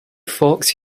forks